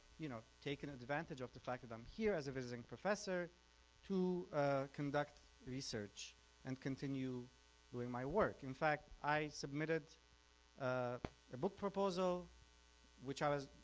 you know, taken advantage of the fact that i'm here as a visiting professor to conduct research and continue doing my work. in fact i submitted ah a book proposal which was,